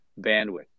bandwidth